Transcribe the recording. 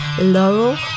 Laurel